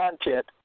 content